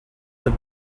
have